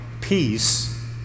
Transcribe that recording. peace